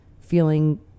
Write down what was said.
feeling